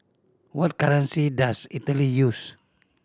what currency does Italy use